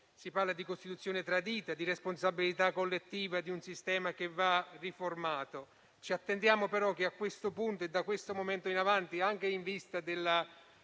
si parla di Costituzione tradita, di responsabilità collettiva, di un sistema che va riformato. Ci attendiamo però che a questo punto, e da questo momento in avanti, anche in vista della